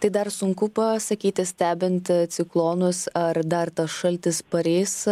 tai dar sunku pasakyti stebint ciklonus ar dar tas šaltis pareis